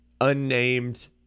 unnamed